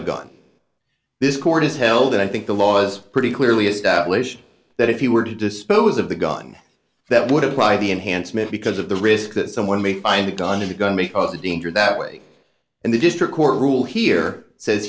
a gun this court has held that i think the laws pretty clearly established that if you were to dispose of the gun that would apply the enhancement because of the risk that someone may find a gun to go make of the danger that way and the district court rule here says